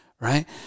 Right